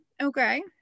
okay